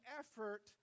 effort